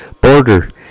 border